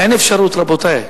אין אפשרות, רבותי.